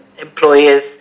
employers